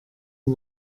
und